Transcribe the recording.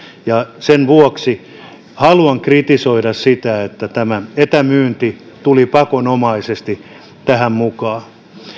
sen vuoksi haluan kritisoida sitä että tämä etämyynti tuli pakonomaisesti tähän mukaan